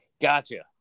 Gotcha